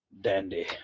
Dandy